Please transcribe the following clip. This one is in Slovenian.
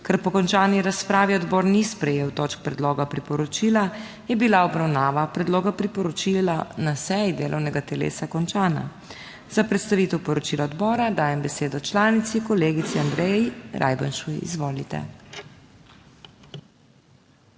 Ker po končani razpravi odbor ni sprejel točk predloga priporočila, je bila obravnava predloga priporočila na seji delovnega telesa končana. Za predstavitev poročila odbora dajem besedo članici, kolegici Andreji Rarjbenšu. Izvolite.